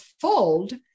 fold